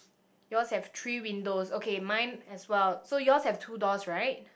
yours have three windows okay mine as well so yours have two doors right